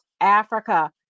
Africa